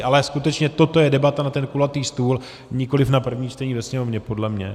Ale skutečně toto je debata na ten kulatý stůl, nikoliv na první čtení ve Sněmovně podle mě.